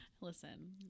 Listen